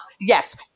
Yes